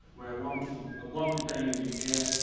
where one one day you'd be here,